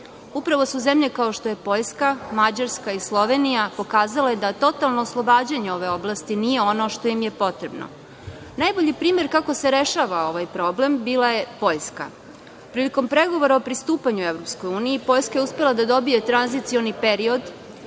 Upravo su zemlje kao što su Poljska, Mađarska i Slovenija pokazale da totalno oslobađanje ove oblasti nije ono što im je potrebno. Najbolji primer kako se rešava ovaj problem bila je Poljska. Prilikom pregovora o pristupanju EU, Poljska je uspela da dobije tranzicioni period